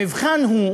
המבחן הוא,